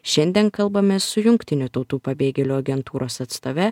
šiandien kalbamės su jungtinių tautų pabėgėlių agentūros atstove